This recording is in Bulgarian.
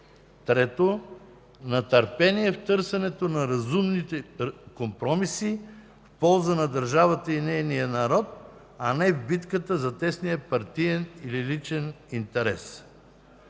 трето, на търпение в търсенето на разумните компромиси в полза на държавата и нейния народ, а не в битката за тесния партиен или личен интерес.